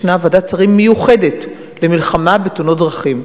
ישנה ועדת שרים מיוחדת למלחמה בתאונות דרכים,